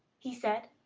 he said.